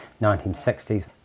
1960s